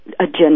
agenda